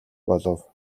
болов